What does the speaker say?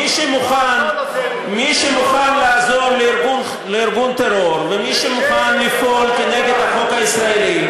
מי שמוכן לעזור לארגון טרור ומי שמוכן לפעול כנגד החוק הישראלי,